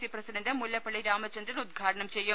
C president Mullappally Ramachandran ഉദ്ഘാടനം ചെയ്യും